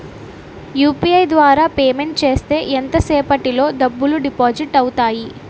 UPI ద్వారా payment చేస్తే ఎంత సేపటిలో డబ్బులు డిపాజిట్ అవుతాయి?